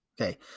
Okay